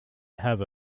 have